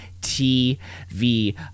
TV